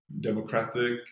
democratic